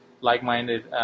like-minded